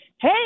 hey